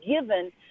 given